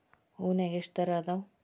ಹೂನ್ಯಾಗ ಎಷ್ಟ ತರಾ ಅದಾವ್?